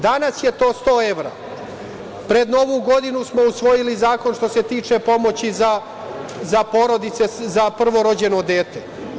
Danas je to sto evra, a pred Novu godinu smo usvojili zakon koji se tiče pomoći za porodice za prvorođeno dete.